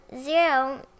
zero